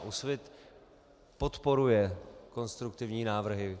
Úsvit podporuje konstruktivní návrhy.